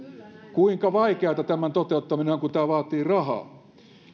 kuinka vaikeata tämän toteuttaminen on kun tämä vaatii rahaa